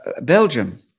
Belgium